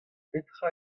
petra